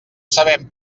sabem